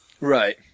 Right